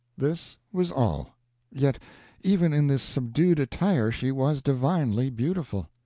this was all yet even in this subdued attire she was divinely beautiful.